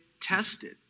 tested